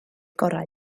gorau